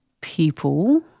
people